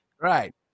Right